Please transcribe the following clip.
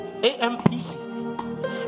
AMPC